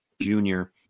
junior